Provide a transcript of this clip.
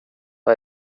vad